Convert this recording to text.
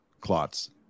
clots